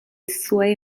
suoi